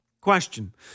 Question